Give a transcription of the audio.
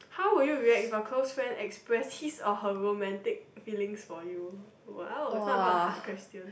how would you react if a close friend express his or her romantic feelings for you !wow! is not even a hard question